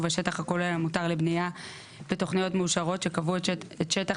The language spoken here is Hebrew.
השטח הכולל המותר לבנייה בתוכניות מאושרות שקבעו את שטח